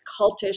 cultish